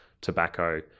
tobacco